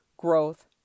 growth